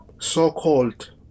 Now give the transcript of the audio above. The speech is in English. so-called